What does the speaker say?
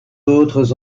autres